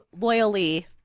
loyally